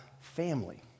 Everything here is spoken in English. family